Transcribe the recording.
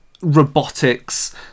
robotics